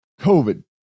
COVID